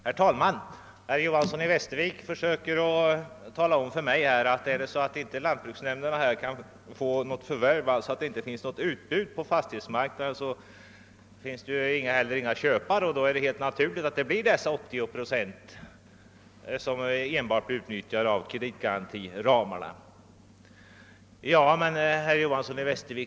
Herr talman! Herr Johanson i Västervik försökte tala om för mig, att om lantbruksnämnderna inte har något större utbud av fastigheter finns det heller inte många köpare, vilket lett till att man bara utnyttjat kreditgarantiramarna till 80 procent.